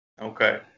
Okay